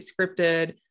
scripted